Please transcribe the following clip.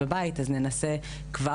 לא שזה בסדר,